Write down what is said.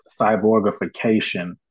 cyborgification